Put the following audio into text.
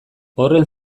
horren